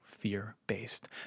Fear-based